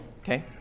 okay